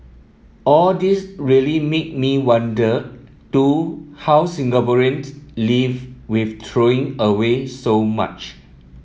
all this really made me wonder too how Singaporeans live with throwing away so much